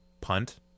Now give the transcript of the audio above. punt